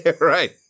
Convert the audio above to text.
Right